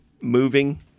moving